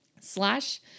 slash